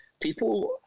people